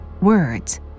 words